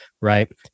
right